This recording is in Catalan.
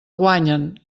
guanyen